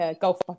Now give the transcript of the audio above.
golf